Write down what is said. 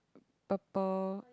purple